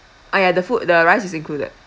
uh ya the food the rice is included